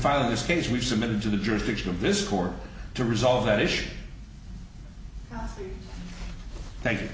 filing this case we've submitted to the jurisdiction of this core to resolve that issue thank you